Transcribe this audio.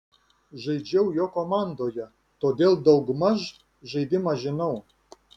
žaidžiau jo komandoje todėl daug maž žaidimą žinau